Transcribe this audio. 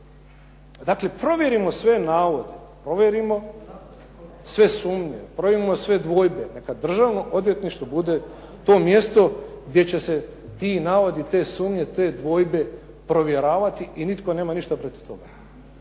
Dakle, provjerimo sve navode, provjerimo sve sumnje, provjerimo sve dvojbe. Da kada državno odvjetništvo bude to mjesto gdje će se ti navodi, te sumnje, te dvojbe provjeravati i nitko nemati ništa protiv toga.